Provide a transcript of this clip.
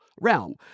realm